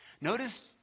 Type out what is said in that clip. Notice